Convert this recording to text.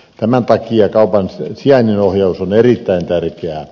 tämän takia kaupan sijainnin ohjaus on erittäin tärkeää